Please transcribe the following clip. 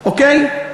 אוקיי?